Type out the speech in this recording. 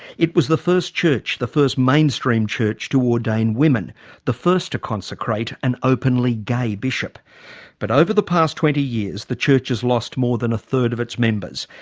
it was the first church, the first mainstream church to ordain women the first to consecrate an openly gay bishop but over the past twenty years the church has lost more than one-third of its members.